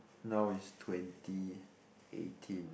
now is twenty eighteen